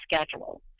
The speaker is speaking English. schedule